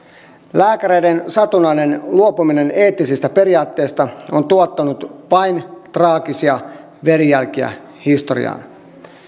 lääkäreiden satunnainen luopuminen eettisistä periaatteista on tuottanut vain traagisia verijälkiä historiaan